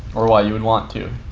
or why you would want to.